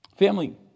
Family